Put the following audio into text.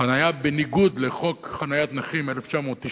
חנייה בניגוד לחוק חניית נכים משנת 1994,